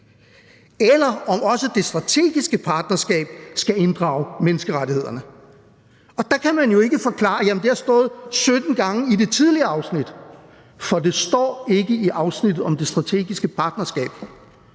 eller om også det strategiske partnerskab skal inddrage menneskerettighederne. Der kan man jo ikke forklare det med, at det har stået 17 gange i det tidligere afsnit, for det står ikke i afsnittet om det strategiske partnerskab.